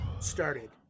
started